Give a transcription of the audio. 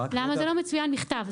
למה זה לא מצוין בכתב?